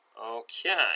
Okay